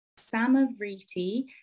Samavriti